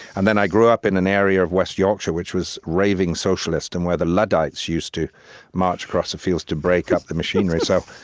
and then i grew up in an area of west yorkshire which was raving socialist and where the luddites used to march across the fields to break up the machinery. so